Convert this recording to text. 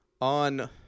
on